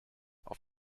auf